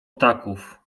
ptaków